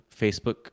Facebook